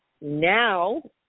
Now